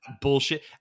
bullshit